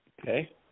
Okay